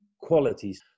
qualities